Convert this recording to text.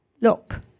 Look